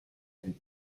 and